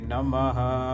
Namaha